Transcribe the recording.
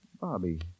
Bobby